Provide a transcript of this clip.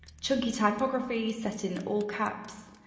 chunky typography set in all caps,